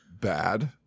Bad